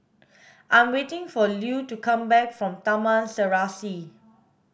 I am waiting for Lue to come back from Taman Serasi